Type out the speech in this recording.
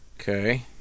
Okay